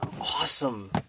awesome